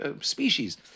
species